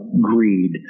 greed